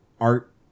art